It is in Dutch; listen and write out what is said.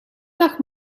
dag